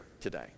today